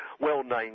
well-named